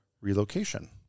relocation